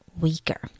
weaker